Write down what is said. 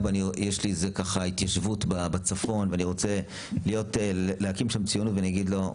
אבא יש איזו התיישבות בצפון ואני רוצה להקים שם ציונות ואני אגיד לו,